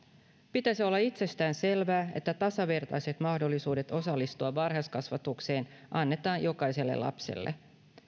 pitäisi olla itsestäänselvää että tasavertaiset mahdollisuudet osallistua varhaiskasvatukseen annetaan jokaiselle lapselle